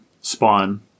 Spawn